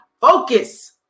Focus